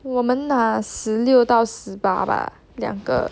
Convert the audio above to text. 我们拿十六到十八吧两个